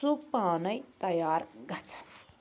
سُہ پانَے تیار گژھان